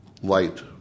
light